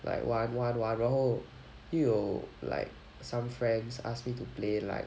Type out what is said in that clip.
like 玩玩玩然后又有 like some friends ask me to play like